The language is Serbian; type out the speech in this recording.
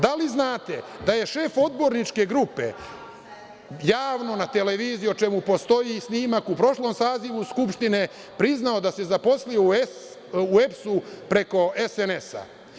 Da li znate da je šef odborničke grupe, javno na televiziji, o čemu postoji i snimak, u prošlom sazivu Skupštine priznao da se zaposlio u EPS-u preko SNS?